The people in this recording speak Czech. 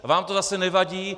Vám to zase nevadí.